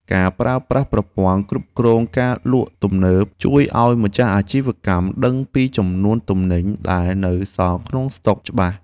ការប្រើប្រាស់ប្រព័ន្ធគ្រប់គ្រងការលក់ទំនើបជួយឱ្យម្ចាស់អាជីវកម្មដឹងពីចំនួនទំនិញដែលនៅសល់ក្នុងស្តុកច្បាស់។